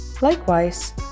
Likewise